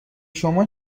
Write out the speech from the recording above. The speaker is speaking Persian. شما